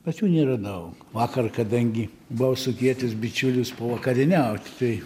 bet jų nėra daug vakar kadangi buvau sukvietęs bičiulius pavakarieniauti tai